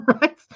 right